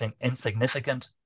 insignificant